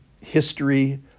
history